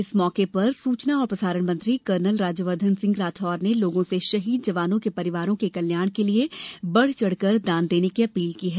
इस मौके पर सूचना और प्रसारण मंत्री कर्नल राज्य वर्धन सिंह राठौड ने लोगों से शहीद जवानों के परिवारों के कल्याण के लिये बढ़ चढ़ कर दान देने की अपील की है